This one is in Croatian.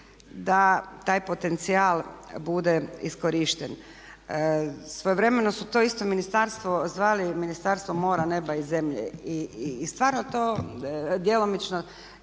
da taj potencijal bude iskorišten. Svojevremeno su to isto ministarstvo zvali Ministarstvo mora, neba i zemlje i stvarno to djelomično